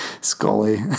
Scully